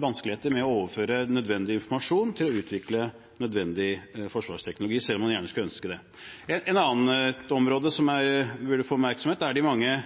vanskeligheter med å overføre nødvendig informasjon til å utvikle nødvendig forsvarsteknologi, selv om man gjerne skulle ønske det. Et annet område som burde få oppmerksomhet, er de mange